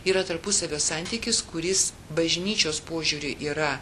yra tarpusavio santykis kuris bažnyčios požiūriu yra